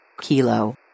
Kilo